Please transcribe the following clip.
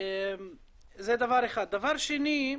דבר שני,